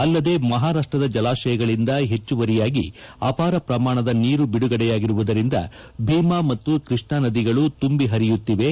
ಅಲ್ಲದೆ ಮಹಾರಾಷ್ಪದ ಜಲಾಶಯಗಳಿಂದ ಹೆಚ್ಚುವರಿಯಾಗಿ ಅಪಾರ ಪ್ರಮಾಣದ ನೀರು ಬಿಡುಗಡೆಯಾಗಿರುವುದರಿಂದ ಭೀಮಾ ಮತ್ತು ಕೃಷ್ಣ ನದಿಗಳು ತುಂಬಿ ಪರಿಯುತ್ತಿವೆ